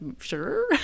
Sure